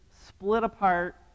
split-apart